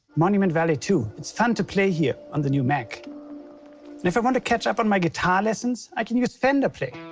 monument valley two. it's fun to play here on the new mac. and if i want to catch up on my guitar lessons, i can use fender play.